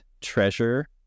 Treasure